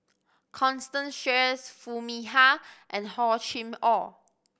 Constance Sheares Foo Mee Har and Hor Chim Or